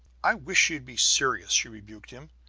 i wish you'd be serious! she rebuked him.